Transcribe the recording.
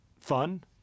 fun